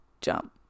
Jump